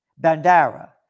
Bandara